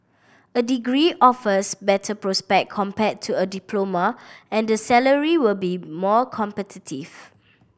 a degree offers better prospect compared to a diploma and the salary will be more competitive